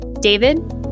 David